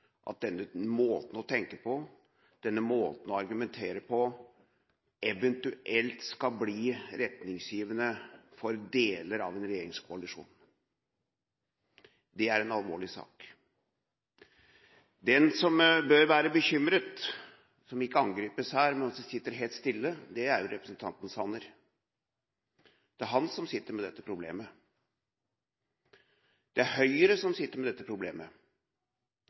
at denne måten å tenke og argumentere på eventuelt skal bli retningsgivende for deler av en regjeringskoalisjon. Det er en alvorlig sak. Den som bør være bekymret, som ikke angripes her, men som sitter helt stille, er representanten Sanner. Det er han som sitter med dette problemet. Det er Høyre som sitter med dette problemet.